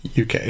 UK